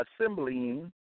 assembling